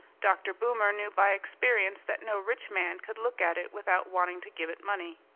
dr. boomer knew by experience that no rich man could look at it without wanting to give it money.